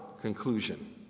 conclusion